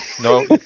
No